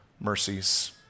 mercies